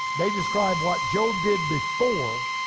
they describe what job did before.